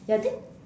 ya then